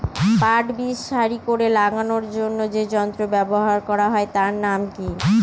পাট বীজ সারি করে লাগানোর জন্য যে যন্ত্র ব্যবহার হয় তার নাম কি?